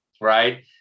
right